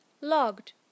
Logged